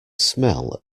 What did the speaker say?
smell